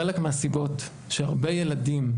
חלק מהסיבות שהרבה ילדים,